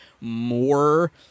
more